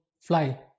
fly